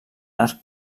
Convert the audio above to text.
arc